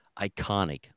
iconic